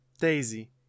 Daisy